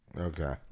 Okay